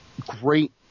great